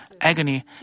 agony